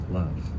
love